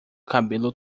cabelo